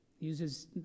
uses